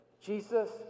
Jesus